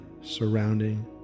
surrounding